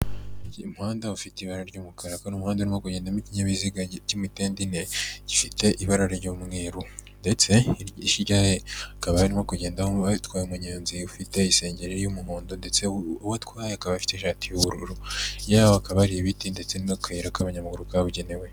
Umuhanda ufite ibara ry'umukara kuruhande harimo kugenda ikinyabiziga cy'imitende ine, gifite ibara ry'umweru, ndetse he akaba harimo kugenda ayitwaye umugenzi ufite isengero y'umuhondo ndetse uwotwaye akaba afite shati y'ubururu, yaho hakaba ari ibiti ndetse n'akayira k'abanyayamaguru kabugenewe.